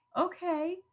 okay